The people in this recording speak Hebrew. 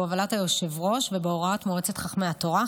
בהובלת היושב-ראש ובהוראת מועצת חכמי התורה,